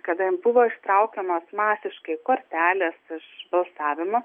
kada buvo ištraukiamos masiškai kortelės iš balsavimo